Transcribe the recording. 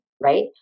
right